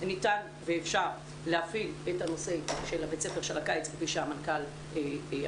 ניתן ואפשר להפעיל את הנושא של בית הספר של הקיץ כפי שהמנכ"ל אמר.